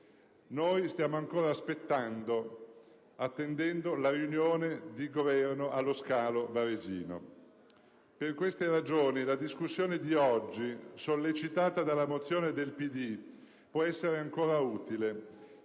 Noi stiamo ancora aspettando e attendendo la riunione di Governo allo scalo varesino. Per queste ragioni, la discussione di oggi, sollecitata dalla mozione del PD, può essere ancora utile,